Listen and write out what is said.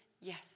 Yes